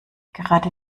gerade